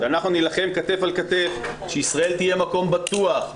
ואנחנו נילחם כתף אל כתף שישראל תהיה מקום בטוח,